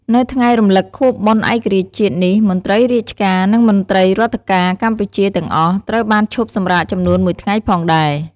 នៅថ្ងៃរំលឹកខួបបុណ្យឯករាជ្យជាតិនេះ មន្ត្រីរាជការ និង មន្ត្រីរដ្ឋការកម្ពុជាទាំងអស់ត្រូវបានឈប់សំរាកចំនួន ១ថ្ងៃផងដែរ ។